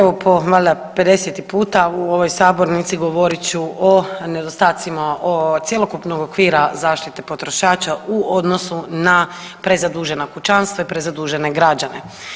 Evo po valjda pedeseti puta u ovoj sabornici govorit ću o nedostatcima cjelokupnog okvira zaštite potrošača u odnosu na prezadužena kućanstva i prezadužene građane.